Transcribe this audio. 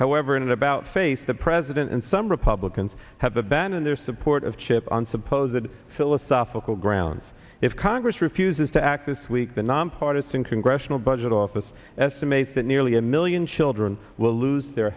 an about face the president and some are publicans have abandoned their support of chip on supposedly philosophical grounds if congress refuses to act this week the nonpartisan congressional budget office estimates that nearly a million children will lose their